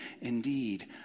Indeed